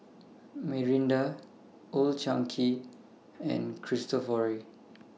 Mirinda Old Chang Kee and Cristofori